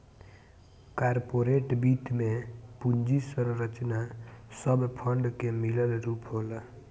corporate वित्त में पूंजी संरचना सब फंड के मिलल रूप होला